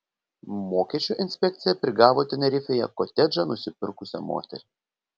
mokesčių inspekcija prigavo tenerifėje kotedžą nusipirkusią moterį